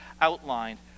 outlined